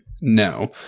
no